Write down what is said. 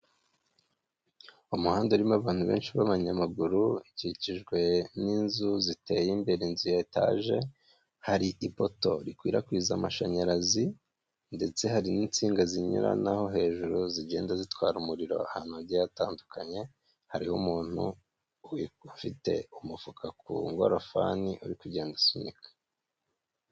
Umuhanda urimo abantu benshi b'abanyamaguru, ukikijwe n'inzu ziteye imbere inzu ya etage, hari ipoto rikwirakwiza amashanyarazi ndetse hari n'insinga zinyuranaho hejuru zigenda zitwara umuriro ahantu hagiye hatandukanye, hariho umuntu ufite umufuka ku ngorofani, uri kugenda usunika.